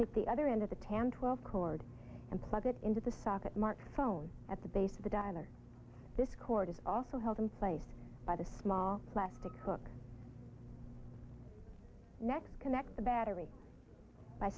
pick the other end of the tan twelve cord and plug it into the socket marked phone at the base of the diner this cord is also held in place by the small plastic hook next connect the battery by